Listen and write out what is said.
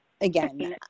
again